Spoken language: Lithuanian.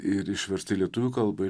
ir išversta į lietuvių kalba